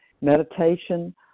meditation